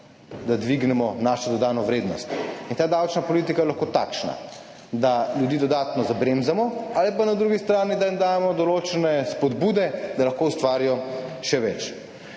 da dvignemo našo dodano vrednost. Ta davčna politika je lahko takšna, da ljudi dodatno zabremzamo ali pa na drugi strani, da jim damo določene spodbude, da lahko ustvarijo še več.